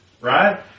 right